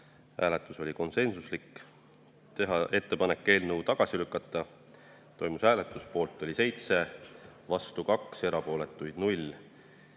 oli konsensuslik; teha ettepanek eelnõu tagasi lükata, toimus hääletus, poolt oli 7, vastu 2, erapooletuid 0;